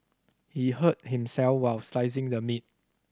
he hurt himself while slicing the meat